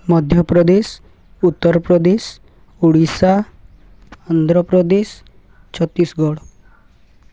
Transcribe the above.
Madhya Pradesh Uttar Pradesh Odisha Andhra Pradesh Chhattisgarh